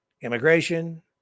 immigration